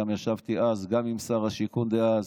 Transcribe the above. ישבתי גם עם שר השיכון דאז